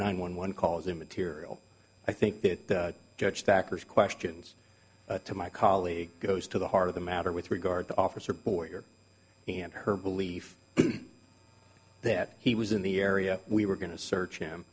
nine one one call is immaterial i think that judge stackers questions to my colleague goes to the heart of the matter with regard to officer border and her belief that he was in the area we were going to search him